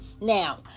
now